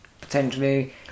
potentially